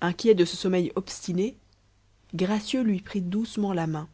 inquiet de ce sommeil obstiné gracieux lui prit doucement la main